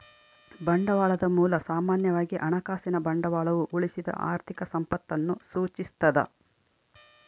ಬಂಡವಾಳದ ಮೂಲ ಸಾಮಾನ್ಯವಾಗಿ ಹಣಕಾಸಿನ ಬಂಡವಾಳವು ಉಳಿಸಿದ ಆರ್ಥಿಕ ಸಂಪತ್ತನ್ನು ಸೂಚಿಸ್ತದ